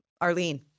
Arlene